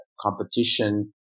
competition